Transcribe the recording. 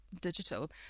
digital